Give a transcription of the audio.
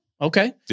okay